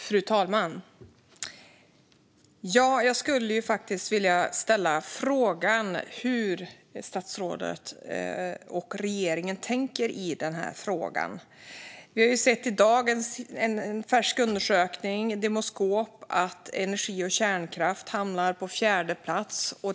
Fru talman! Jag skulle vilja ställa frågan hur statsrådet och regeringen tänker när det gäller detta. Vi har i dag sett en färsk undersökning från Demoskop som visar att energi och kärnkraft hamnar på fjärde plats bland de frågor väljarna tycker är viktigast.